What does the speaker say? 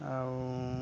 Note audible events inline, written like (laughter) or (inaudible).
(unintelligible)